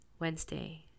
Wednesday